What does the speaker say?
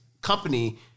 company